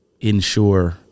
ensure